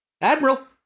Admiral